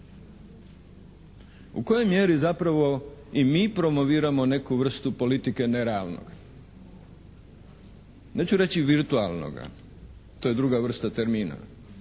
U kojoj mjeri zapravo i mi promoviramo neku vrstu politiku nerealnog? Neću reći virtualnoga, to je druga vrsta termina,